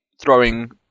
throwing